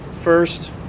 First